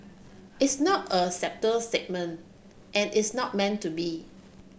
it's not a subtle statement and it's not meant to be